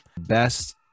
Best